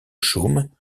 chaume